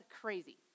crazy